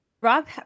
Rob